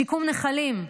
שיקום נחלים,